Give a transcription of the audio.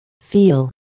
Feel